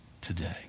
today